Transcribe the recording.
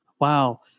Wow